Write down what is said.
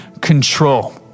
control